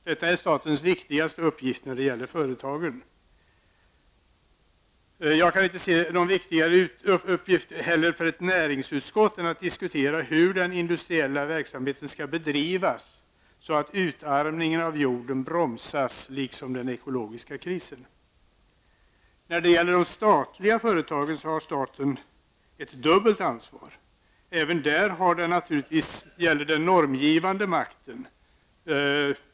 Detta är statens viktigaste uppgift när det gäller företagen. Jag kan inte se någon uppgift som skulle vara viktigare för ett näringsutskott än att diskutera hur den industriella verksamheten skall bedrivas så att utarmningen av jorden bromsas liksom den ekologiska krisen. När det gäller de statliga företagen har staten ett dubbelt ansvar. Även där gäller naturligtvis den normgivande makten.